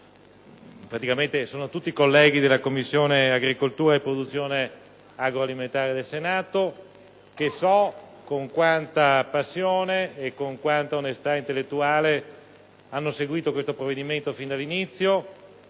quasi tutti membri della Commissione agricoltura e produzione agroalimentare del Senato che so con quanta passione e con quanta onestà intellettuale hanno seguito questo provvedimento fin dall'inizio